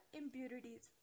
impurities